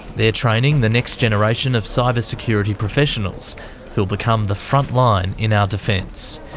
they're training the next generation of cyber security professionals who'll become the front line in our defence.